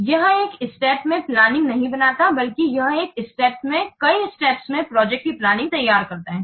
इसलिए यह एक स्टेप्स में प्लानिंग नहीं बनाता है बल्कि एक ही स्टेप्स में यह कई स्टेप्स में प्रोजेक्ट की प्लानिंग तैयार करता है